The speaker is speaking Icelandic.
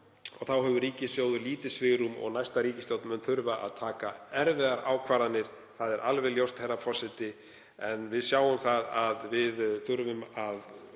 Þá hefur ríkissjóður lítið svigrúm og næsta ríkisstjórn mun þurfa að taka erfiðar ákvarðanir, það er alveg ljóst, herra forseti, en við sjáum að við þurfum að